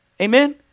Amen